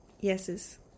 yeses